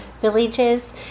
villages